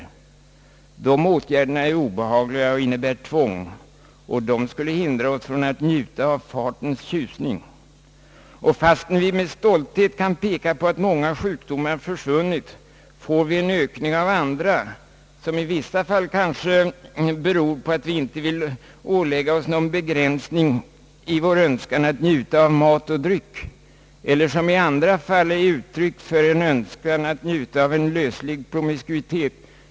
Sådana åtgärder är obehagliga och innebär tvång, och de skulle hindra oss från att njuta av fartens tjusning. Trots att vi med stolthet kan peka på att många sjukdomar försvunnit, får vi en ökning av andra, i vissa fall kanske beroende på att vi inte vill ålägga oss någon begränsning av vår önskan att njuta av mat och dryck, i andra fall är de kanske uttryck för en önskan att njuta av en löslig promiskuitet.